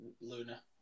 Luna